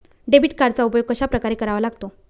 Debit कार्डचा उपयोग कशाप्रकारे करावा लागतो?